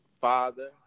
Father